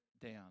down